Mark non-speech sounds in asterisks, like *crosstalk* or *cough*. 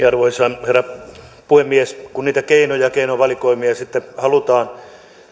*unintelligible* arvoisa herra puhemies kun niitä keinoja ja keinovalikoimia sitten halutaan